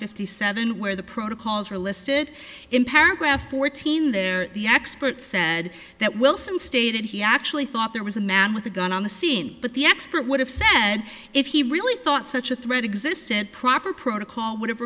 fifty seven where the protocols are listed in paragraph fourteen there the expert said that wilson stated he actually thought there was a man with a gun on the scene but the expert would have said if he really thought such a threat existed proper protocol would have